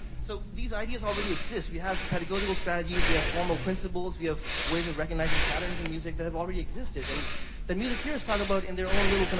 so, these ideas already exist. we have pedagogical strategies. we have formal principles. we have ways of recognizing patterns in music that already existed. and that music theorists talk about in their own little,